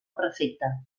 perfecta